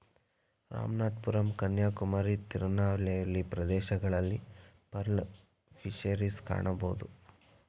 ರಾಮನಾಥಪುರಂ ಕನ್ಯಾಕುಮಾರಿ, ತಿರುನಲ್ವೇಲಿ ಪ್ರದೇಶಗಳಲ್ಲಿ pearl fisheries ಕಾಣಬೋದು